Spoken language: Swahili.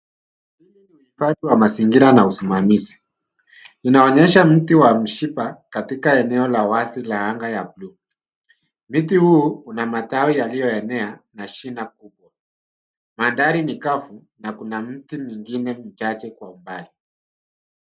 Usafi wa mazingira na usimamizi. Inaonyesha mti wa mshipa katika eneo la wazi la anga ya bluu. Mti huu una matawi yaliyoenea na shina kubwa. Mandhari ni kavu na kuna miti mingine michache kwa umbali.